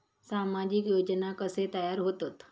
सामाजिक योजना कसे तयार होतत?